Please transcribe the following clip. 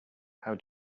how